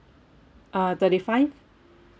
uh thirty five